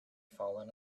fallen